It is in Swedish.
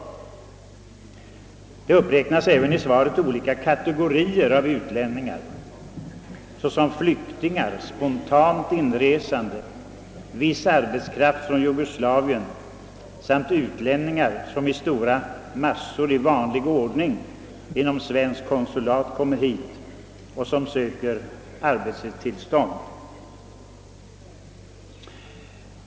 I svaret uppräknas även olika kategorier av utlänningar såsom flyktingar, spontant inresande, viss arbetskraft från Jugoslavien samt utlänningar som i stora massor i vanlig ordning genom svenskt konsulat kommer hit och som söker arbetstillstånd.